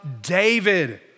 David